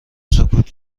سکوت